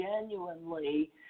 genuinely